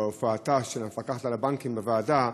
בהופעתה של המפקחת על הבנקים בוועדה,